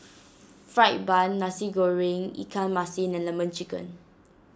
Fried Bun Nasi Goreng Ikan Masin and Lemon Chicken